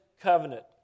covenant